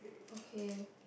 okay